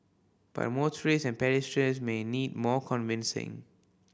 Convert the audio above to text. but motorists and pedestrians may need more convincing